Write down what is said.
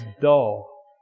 dull